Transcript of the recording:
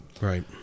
Right